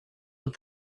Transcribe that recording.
with